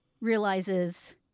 realizes